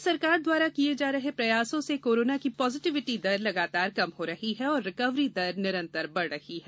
राज्य सरकार द्वारा किये जा रहे प्रयासों से कोरोना की पॉजिटिविटी दर लगातार कम हो रही है और रिकवरी दर निरन्तर बढ़ रही है